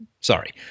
sorry